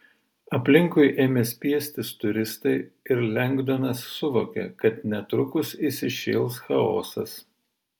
aplinkui ėmė spiestis turistai ir lengdonas suvokė kad netrukus įsišėls chaosas